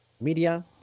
media